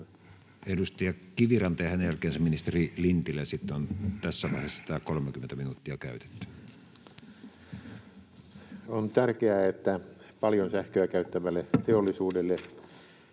Edustaja Kiviranta, ja hänen jälkeensä ministeri Lintilä. Sitten on tässä vaiheessa tämä 30 minuuttia käytetty. Arvoisa puhemies! On tärkeää, että paljon sähköä käyttävälle teollisuudelle